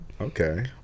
Okay